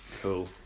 Cool